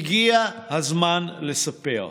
הגיע הזמן לספר,